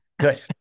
Good